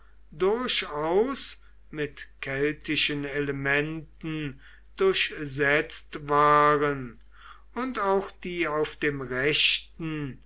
durchaus mit keltischen elementen durchsetzt waren und auch die auf dem rechten